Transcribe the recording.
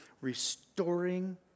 restoring